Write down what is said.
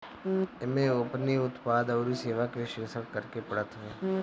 एमे अपनी उत्पाद अउरी सेवा के विश्लेषण करेके पड़त हवे